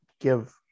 give